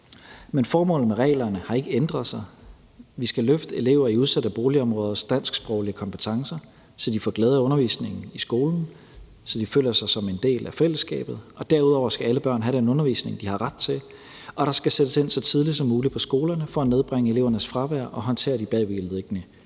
men formålet med reglerne har ikke ændret sig. Vi skal løfte elever i udsatte boligområders dansksproglige kompetencer, så de får glæde af undervisningen i skolen, og så de føler sig som en del af fællesskabet. Derudover skal alle børn have den undervisning, de har ret til, og der skal sættes ind så tidligt som muligt på skolerne for at nedbringe elevernes fravær og håndtere de bagvedliggende